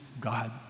God